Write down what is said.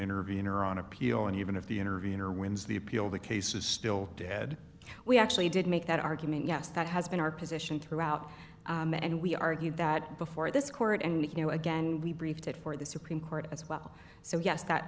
intervener on appeal and even if the intervenor wins the appeal the case is still dead we actually did make that argument yes that has been our position throughout and we argued that before this court and you know again we briefed it for the supreme court as well so yes that